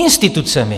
Institucemi!